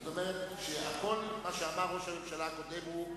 זאת אומרת שכל מה שאמר ראש הממשלה הקודם הוא,